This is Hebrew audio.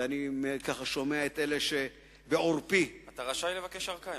ואני שומע את אלה שבעורפי, אתה רשאי לבקש ארכה,